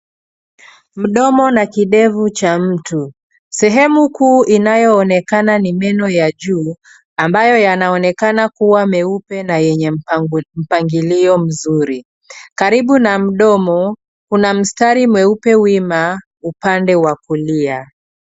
Mdomo na kidevu cha mtu. Sehemu kuu inayoonekana ni meno ya juu, ambayo yanaonekana kuwa meupe na yenye mpangilio mzuri. Karibu na mdomo, kuna mstari mweupe wima upande wa kulia.